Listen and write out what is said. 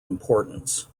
importance